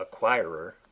acquirer